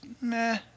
meh